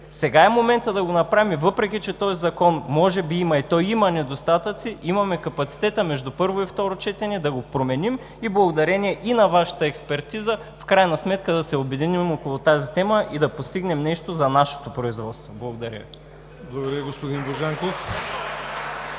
Сега е моментът да го направим и, въпреки че този Закон може би има недостатъци, имаме капацитета между първо и второ четене да го променим и благодарение на Вашата експертиза в крайна сметка да се обединим около тази тема, и да постигнем нещо за нашето производство. Благодаря Ви. ПРЕДСЕДАТЕЛ ЯВОР